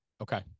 okay